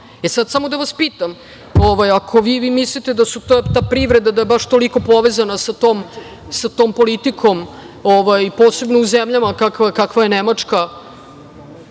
imamo. Samo da vas pitam – ako vi mislite da ta privreda baš toliko je povezana sa tom politikom, posebno u zemljama kakva je Nemačka,